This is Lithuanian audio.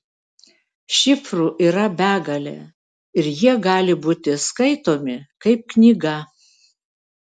šifrų yra begalė ir jie gali būti skaitomi kaip knyga